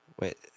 Wait